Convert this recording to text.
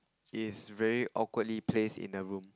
is very awkwardly placed in the room